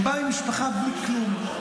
בא ממשפחה בלי כלום,